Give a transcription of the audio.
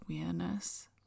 awareness